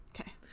Okay